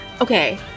Okay